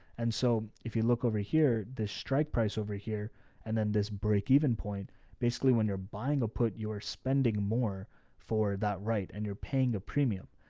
and so if you look over here, the strike price over here, and then this break even point basically when you're buying a, put your spending more for that, right. and you're paying a premium.